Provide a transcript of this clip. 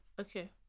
Okay